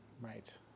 Right